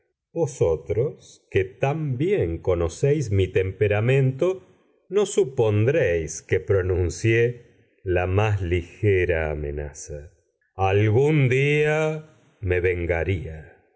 vosotros que tan bien conocéis mi temperamento no supondréis que pronuncié la más ligera amenaza algún día me vengaría